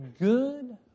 good